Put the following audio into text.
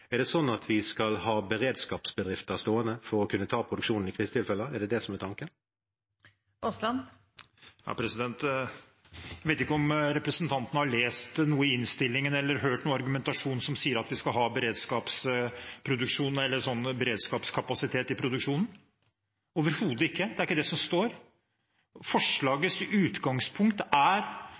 krisetilfeller – er det det som er tanken? Jeg vet ikke om representanten har lest noe i innstillingen eller hørt noen argumentasjon som sier at vi skal ha beredskapskapasitet i produksjonen – overhodet ikke, det er ikke det som står der. Forslagets utgangspunkt er